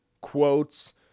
quotes